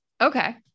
Okay